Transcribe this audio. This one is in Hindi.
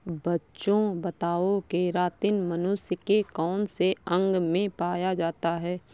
बच्चों बताओ केरातिन मनुष्य के कौन से अंग में पाया जाता है?